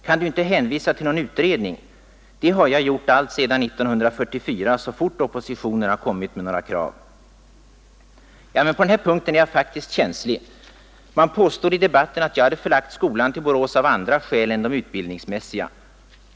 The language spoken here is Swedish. Kan du inte hänvisa till någon utredning — det har jag gjort alltsedan 1944 så fort oppositionen har kommit med några krav. Ingvar: Ja, men på den här punkten är jag faktiskt känslig. Man påstod i debatten att jag hade förlagt skolan till Borås av andra skäl än de utbildningsmässiga.